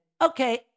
okay